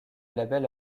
label